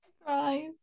Surprise